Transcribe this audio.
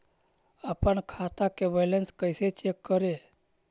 अपन खाता के बैलेंस कैसे चेक करे?